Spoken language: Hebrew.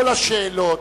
כל השאלות,